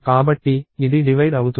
కాబట్టి ఇది డివైడ్ అవుతుంది